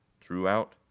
throughout